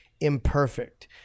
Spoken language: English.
imperfect